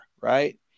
right